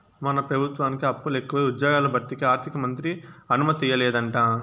మన పెబుత్వానికి అప్పులెకువై ఉజ్జ్యోగాల భర్తీకి ఆర్థికమంత్రి అనుమతియ్యలేదంట